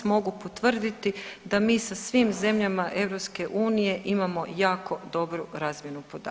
Mogu potvrditi da mi sa svim zemljama EU imamo jako dobru razmjenu podataka.